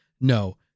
no